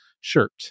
shirt